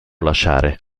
lasciare